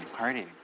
party